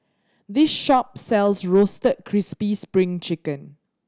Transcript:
this shop sells Roasted Crispy Spring Chicken